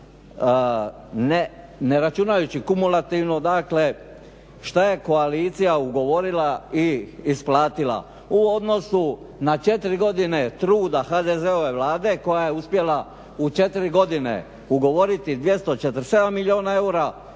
ne računajući kumulativno dakle, šta je koalicija ugovorila i isplatila u odnosu na četiri godine truda HDZ-ove Vlade koja je uspjela u četiri godine ugovoriti 247 milijuna eura.